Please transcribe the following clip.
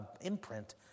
imprint